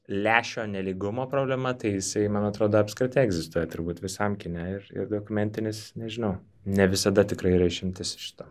lęšio nelygumo problema tai jisai man atrodo apskritai egzistuoja turbūt visam kine ir ir dokumentinis nežinau ne visada tikrai yra išimtis šito